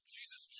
Jesus